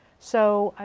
so,